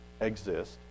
exist